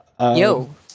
yo